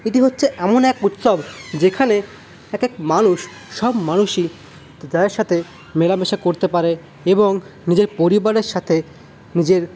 এটি হচ্ছে এমন এক উৎসব যেখানে এক এক মানুষ সব মানুষই তাদের সাথে মেলামেশা করতে পারে এবং নিজের পরিবারের সাথে নিজের